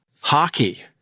hockey